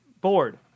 board